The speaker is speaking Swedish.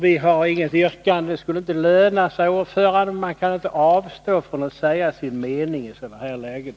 Vi har inget yrkande — det skulle inte löna sig. Men man kan inte avstå från att säga sin mening i sådana här lägen.